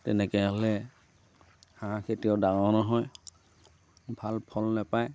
তেনেকৈ হ'লে হাঁহ কেতিয়াও ডাঙৰ নহয় ভাল ফল নাপায়